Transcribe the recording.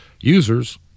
users